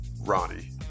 Ronnie